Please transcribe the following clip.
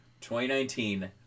2019